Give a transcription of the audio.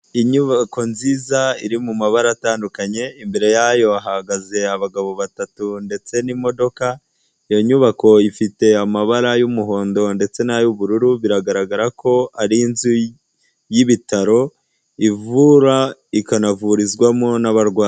Inyubako nziza iri mu mabara atandukanye, imbere yayo hahagaze abagabo batatu ndetse n'imodoka, iyo nyubako ifite amabara y'umuhondo ndetse n'ay'ubururu, biragaragara ko ari inzu y'ibitaro ivura, ikanavurizwamo n'abarwayi.